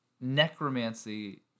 necromancy